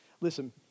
Listen